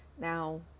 Now